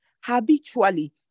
Habitually